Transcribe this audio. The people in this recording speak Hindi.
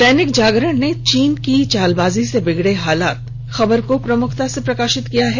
दैनिक जागरण ने चीन की चालबाजी से बिगड़े हालात खबर को प्रमुखता से प्रकाशित किया है